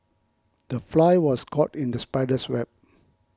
the fly was caught in the spider's web